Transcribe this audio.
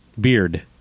Beard